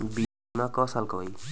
बीमा क साल क होई?